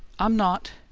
i'm not,